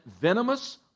venomous